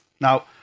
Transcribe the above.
Now